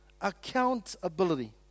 Accountability